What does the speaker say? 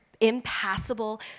impassable